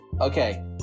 Okay